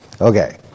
Okay